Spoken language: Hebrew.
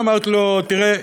אמרתי לו: תראה,